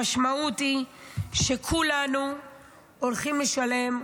המשמעות היא שכולנו הולכים לשלם,